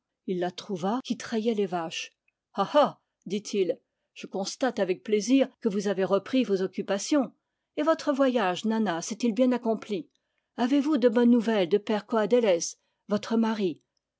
il la trouva qui trayait les vaches ha ha dit-il je constate avec plaisir que vous avez repris vos occupations et votre voyage nanna s'est-il bien acompli avez-vous de bonnes nouvelles de pêr coadélez votre mari